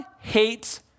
hates